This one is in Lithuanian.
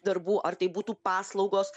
darbų ar tai būtų paslaugos